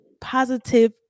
positive